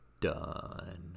done